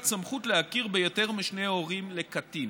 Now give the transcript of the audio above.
סמכות להכיר ביותר משני הורים לקטין.